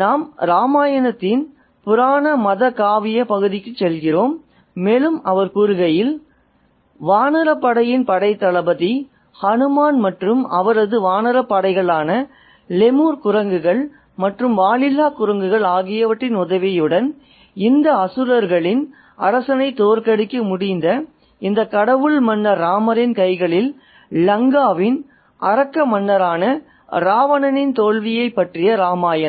நாம் ராமாயணத்தின் புராண மத காவிய பகுதிக்குச் செல்கிறோம் மேலும் அவர் கூறுகிறார் வானரப்படையின் படைத்தளபதி ஹனுமான் மற்றும் அவரது வானரப்படைகளான லெமூர் குரங்குகள் மற்றும் வாலில்லாக் குரங்குகள் ஆகியவற்றின் உதவியுடன் இந்த அசுரர்களின் அரசனை தோற்கடிக்க முடிந்த இந்த கடவுள் மன்னர் ராமரின் கைகளில் லங்காவின் அரக்க மன்னரான ராவணனின் தோல்வியைப் பற்றிய ராமாயணம்